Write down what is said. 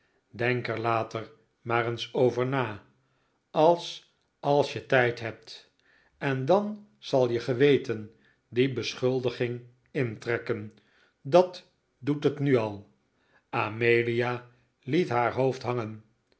er later maar eens over na als als je tijd hebt en dan zal je geweten die beschuldiging intrekken dat doet het nu al amelia liet haar hoofd hangen